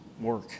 work